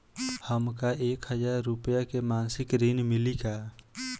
हमका एक हज़ार रूपया के मासिक ऋण मिली का?